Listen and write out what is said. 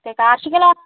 okay കാർഷിക loan